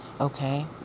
Okay